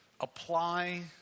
apply